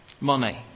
Money